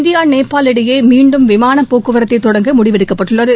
India Nepal இடையே மீண்டும் விமானப் போக்குவரத்து தொடங்க முடிவெடுக்கப்பட்டுள்ளது